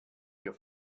wir